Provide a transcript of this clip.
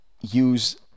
use